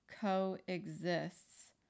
Coexists